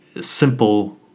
simple